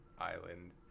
island